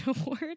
award